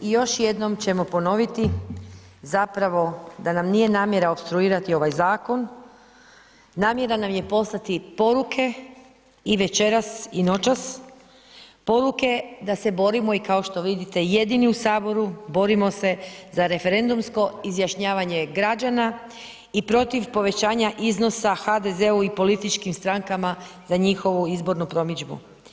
I još jednom ćemo ponoviti, zapravo da nam nije namjera opstruirati ovaj zakon, namjera nam je poslati poruke i večeras i noćas poruke da se borimo i kao što vidite jedini u Saboru, borimo se za referendumsko izjašnjavanje građana i protiv povećanja iznosa HDZ-u i političkim strankama za njihovu izbornu promidžbu.